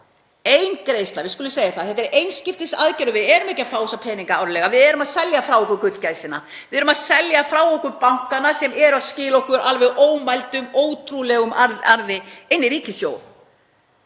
eingreiðslu. Þetta er einskiptisaðgerð, við erum ekki að fá þessa peninga árlega. Við erum að selja frá okkur gullgæsina. Við erum að selja frá okkur bankana sem eru að skila okkur alveg ómældum og ótrúlegum arði inn í ríkissjóð,